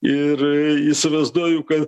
ir įsivaizduoju kad